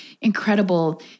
incredible